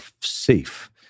safe